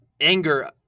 anger